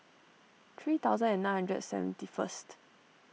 three thousand and nine hundred seventy first